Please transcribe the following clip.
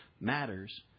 matters